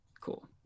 cool